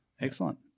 Excellent